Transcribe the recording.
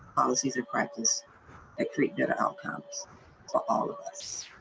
on the season practice ah treatment outcomes so all of us.